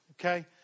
okay